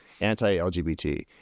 anti-LGBT